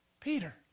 Peter